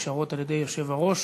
נכתבה באוקטובר.